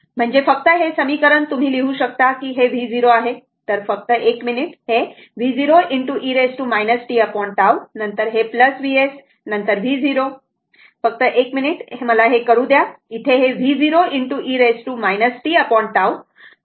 म्हणजे फक्त हे समीकरण तुम्ही लिहू शकता की हे v0 आहे तर फक्त एक मिनिट हे v0 e tT नंतर हे Vs नंतर v0 हे फक्त 1 मिनिट मला हे येथे करू द्या